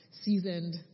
seasoned